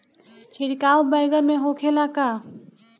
छिड़काव बैगन में होखे ला का?